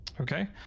Okay